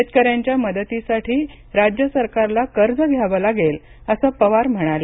शेतकन्यांच्या मदतीसाठी राज्य सरकारला कर्ज घ्यावं लागेल असं पवार म्हणाले